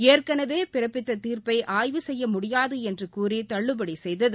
ஏற்கனவே பிறப்பித்த தீர்ப்ளப ஆய்வு செய்ய முடியாது என்று கூறி தள்ளுபடி செய்தது